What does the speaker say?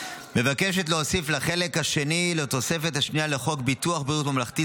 מבקשת להוסיף לחלק השני לתוספת השנייה לחוק ביטוח בריאות ממלכתי